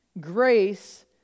grace